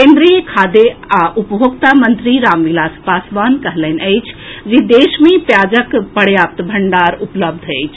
केंद्रीय खाद्य आ उपभोक्ता मंत्री रामविलास पासवान कहलनि अछि जे देश मे प्याजक पर्याप्त भंडार उपलब्ध अछि